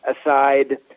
aside